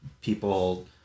people